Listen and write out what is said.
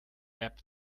app